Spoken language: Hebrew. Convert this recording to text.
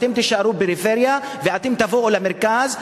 אתם תישארו פריפריה ואתם תבואו למרכז,